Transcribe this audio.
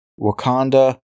Wakanda